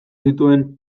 zituen